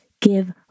give